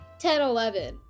10:11